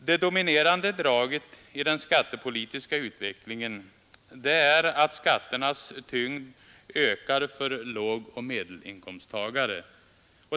Det dominerande draget i den skattepolitiska utvecklingen är att skatternas tyngd ökar för lågoch medelinkomsttagare.